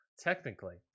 Technically